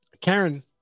karen